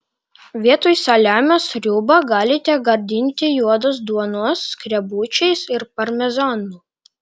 vietoj saliamio sriubą galite gardinti juodos duonos skrebučiais ir parmezanu